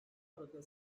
arada